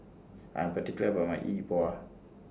I Am particular about My Yi Bua